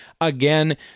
again